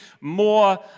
more